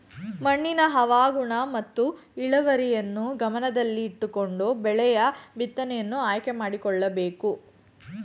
ಮಣ್ಣಿನ ಹವಾಗುಣ ಮತ್ತು ಇಳುವರಿಯನ್ನು ಗಮನದಲ್ಲಿಟ್ಟುಕೊಂಡು ಬೆಳೆಯ ಬಿತ್ತನೆಯನ್ನು ಆಯ್ಕೆ ಮಾಡಿಕೊಳ್ಳಬೇಕು